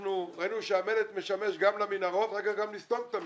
וראינו שהמלט משמש גם למנהרות ואחר כך גם כדי לסתום את המנהרות,